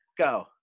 go